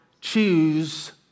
choose